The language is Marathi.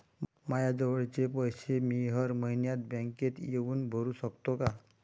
मायाजवळचे पैसे मी हर मइन्यात बँकेत येऊन भरू सकतो का?